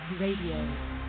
Radio